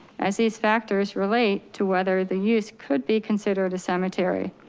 as these factors relate to whether the use could be considered a cemetery.